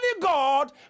God